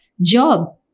job